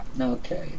Okay